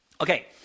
Okay